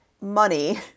money